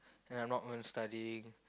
then I'm not going to studying